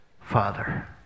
Father